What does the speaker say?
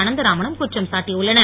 அனந்தராமனும் குற்றம் சாட்டியுள்ளனர்